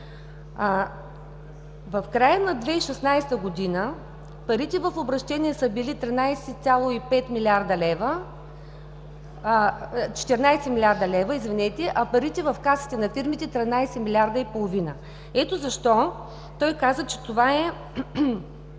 В края на 2016 г. парите в обращение са били 14 млрд. лв., а парите в касите на фирмите – 13,5 млрд. лв. Ето защо той каза, че това го